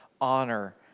honor